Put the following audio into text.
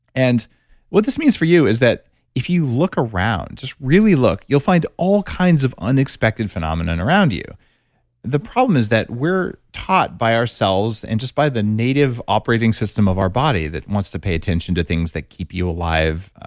and what this means for you is that if you look around, just really look, you'll find all kinds of unexpected phenomenon around you the problem is that we're taught by ourselves and just by the native operating system of our body that wants to pay attention to things that keep you alive,